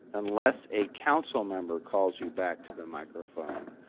unless a council member calls you back to the microphone,